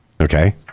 okay